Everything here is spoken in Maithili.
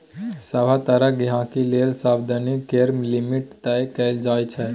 सभ तरहक गहिंकी लेल सबदिना केर लिमिट तय कएल जाइ छै